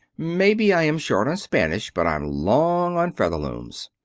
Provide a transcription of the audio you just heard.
maybe i am short on spanish, but i'm long on featherlooms.